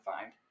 find